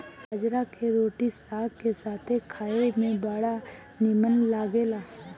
बजरा के रोटी साग के साथे खाए में बड़ा निमन लागेला